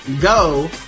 go